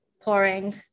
pouring